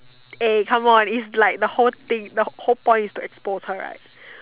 eh come on it's like the whole thing the whole point is to expose her right